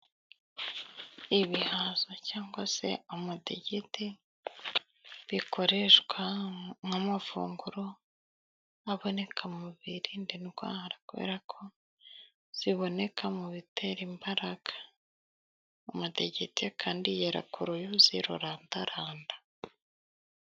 Ibihaza cyangwa se amadegede, bikoreshwa nk'amafunguro aboneka mu birinda indwara, kubera ko ziboneka mu bitera imbaraga. Amadegede kandi yera ku ruyuzi rurandaranda.